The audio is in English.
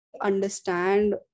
understand